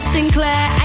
Sinclair